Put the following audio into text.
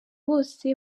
bose